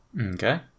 Okay